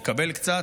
לקבל קצת,